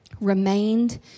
remained